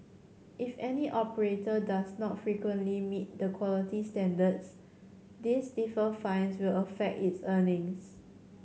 if any operator does not frequently meet the quality standards these stiffer fines will affect its earnings